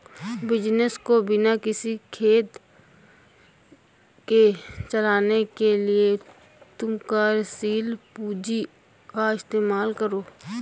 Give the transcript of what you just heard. business को बिना किसी खेद के चलाने के लिए तुम कार्यशील पूंजी का इस्तेमाल करो